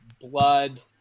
blood